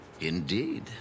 Indeed